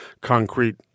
concrete